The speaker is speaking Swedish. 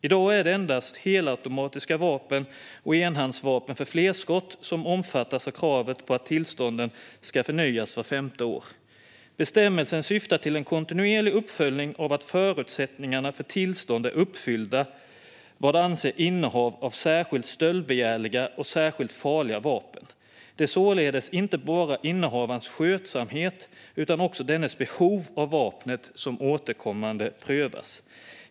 I dag omfattas endast helautomatiska vapen och enhandsvapen för flerskott av kravet på att tillståndet ska förnyas vart femte år. Bestämmelsen syftar till en kontinuerlig uppföljning av att förutsättningarna för tillståndet är uppfyllda vad avser innehav av särskilt stöldbegärliga och särskilt farliga vapen. Det är således inte bara innehavarens skötsamhet utan också dennes behov av vapnet som återkommande prövas.